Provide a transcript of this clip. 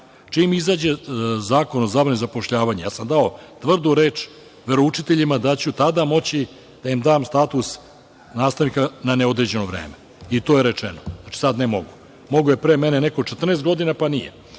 Čim izađe zakon o zabrani zapošljavanja, dao sam tvrdu reč veroučiteljima, da ću tada moći da im dam status nastavnika na neodređeno vreme, i to je rečeno. Sada ne mogu. Mogao je neko pre mene 14 godina, pa nije.